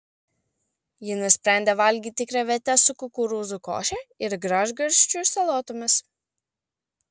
ji nusprendė valgyti krevetes su kukurūzų koše ir gražgarsčių salotomis